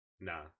Nah